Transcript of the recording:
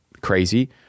crazy